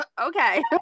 Okay